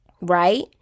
right